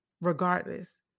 regardless